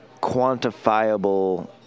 quantifiable